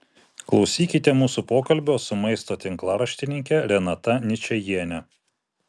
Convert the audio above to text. klausykite mūsų pokalbio su maisto tinklaraštininke renata ničajiene